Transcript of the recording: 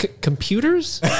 computers